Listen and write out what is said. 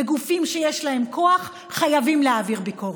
בגופים שיש להם כוח חייבים להעביר ביקורת.